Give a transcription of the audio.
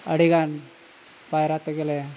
ᱟᱹᱰᱤ ᱜᱟᱱ ᱯᱟᱭᱨᱟ ᱛᱮᱜᱮᱞᱮ